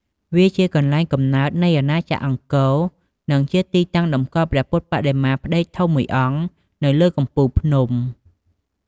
វាជាកន្លែងកំណើតនៃអាណាចក្រអង្គរ និងជាទីតាំងតម្កល់ព្រះពុទ្ធបដិមាផ្ដេកធំមួយអង្គនៅលើកំពូលភ្នំ។